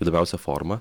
įdomiausia forma